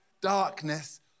darkness